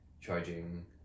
charging